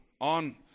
on